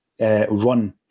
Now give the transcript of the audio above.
run